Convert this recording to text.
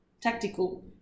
tactical